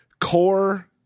core